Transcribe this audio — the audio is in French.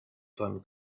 von